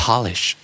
Polish